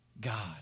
God